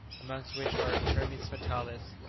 amongst which are termes fatalis,